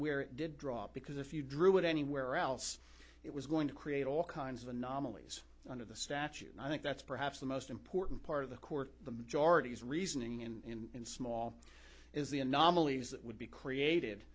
where it did drop because if you drew it anywhere else it was going to create all kinds of anomalies under the statute and i think that's perhaps the most important part of the court the majority's reasoning in in small is the anomalies that would be created